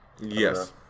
Yes